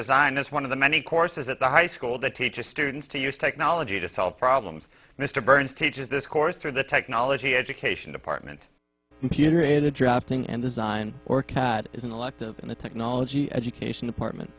design is one of the many courses at the high school that teaches students to use technology to solve problems mr burns teaches this course through the technology education department computer aided drafting and design or cad is an elective in the technology education department